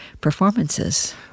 performances